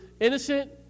innocent